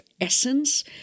essence